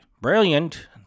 brilliant